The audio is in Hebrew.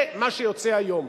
זה מה שיוצא היום.